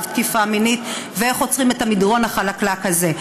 תקיפה מינית ואיך עוצרים לפני המדרון החלקלק הזה.